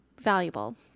valuable